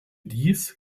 dies